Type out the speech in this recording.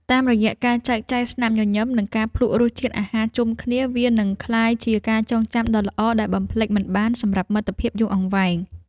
តាមរយៈការចែកចាយស្នាមញញឹម និងការភ្លក្សរសជាតិអាហារជុំគ្នា វានឹងក្លាយជាការចងចាំដ៏ល្អដែលបំភ្លេចមិនបានសម្រាប់មិត្តភាពយូរអង្វែង។